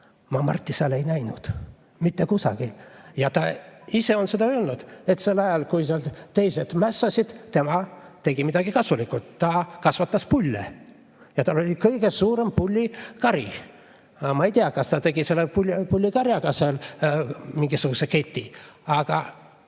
Marti ma seal ei näinud, mitte kusagil. Ja ta ise on ka öelnud, et sel ajal, kui teised mässasid, tegi tema midagi kasulikku. Ta kasvatas pulle, tal oli kõige suurem pullikari. Ma ei tea, kas ta tegi selle pullikarjaga seal mingisuguse keti, aga